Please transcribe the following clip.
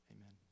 Amen